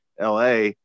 la